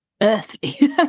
earthly